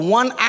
one